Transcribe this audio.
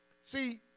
See